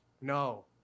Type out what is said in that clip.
No